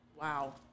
Wow